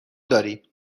داریم